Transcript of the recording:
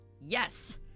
Yes